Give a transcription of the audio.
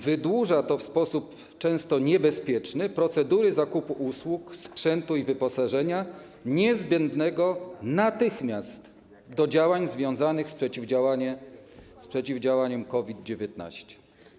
Wydłuża to w sposób często niebezpieczny procedury zakupu usług, sprzętu i wyposażenia niezbędnego natychmiast do działań związanych z przeciwdziałaniem COVID-19.